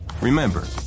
Remember